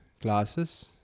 glasses